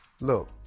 Look